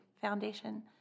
Foundation